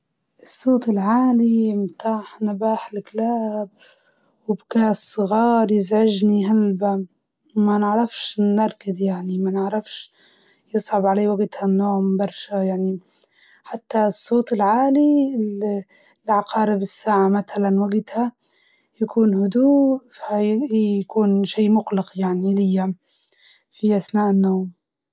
الضوضاء اللي تخليني ما نرقد هي صوت نباح الكلاب اللي يكون متكرر خاصة لو كان عالي و في العصر، ونكره صوت الساعة خصوصا لو كانت خاربة يخوفني.